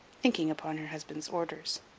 thinking upon her husband's orders,